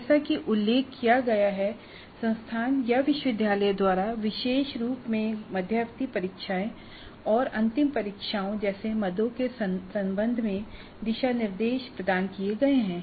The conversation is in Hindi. जैसा कि उल्लेख किया गया है संस्थान या विश्वविद्यालय द्वारा विशेष रूप से मध्यावधि परीक्षा और अंतिम परीक्षाओं जैसे मदों के संबंध में दिशानिर्देश प्रदान किए गए हैं